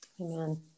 Amen